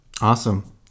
awesome